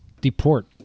deport